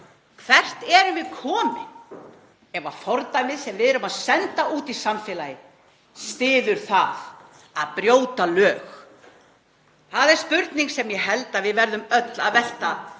Hvert erum við komin ef fordæmið sem við sendum út í samfélagið styður það að brjóta lög? Það er spurning sem ég held að við verðum öll að velta